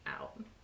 out